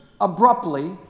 abruptly